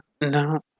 No